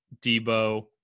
Debo